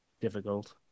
difficult